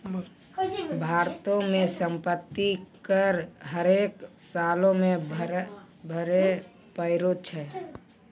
भारतो मे सम्पति कर हरेक सालो मे भरे पड़ै छै